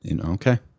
Okay